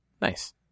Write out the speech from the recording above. Nice